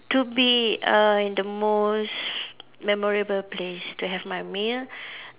to be err in the most memorable place to have my meal